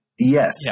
Yes